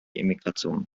emigration